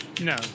no